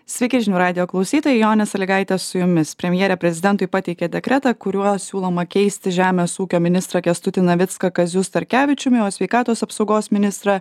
sveiki žinių radijo klausytojai jonė salygaitė su jumis premjerė prezidentui pateikė dekretą kuriuo siūloma keisti žemės ūkio ministrą kęstutį navicką kaziu starkevičiumi o sveikatos apsaugos ministrą